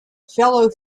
fellow